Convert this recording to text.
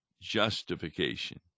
justification